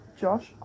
Josh